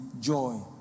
joy